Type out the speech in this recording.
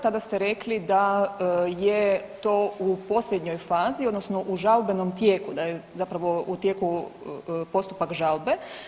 Tada ste rekli da je to u posljednjoj fazi odnosno u žalbenom tijeku, da je zapravo u tijeku postupak žalbe.